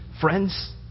friends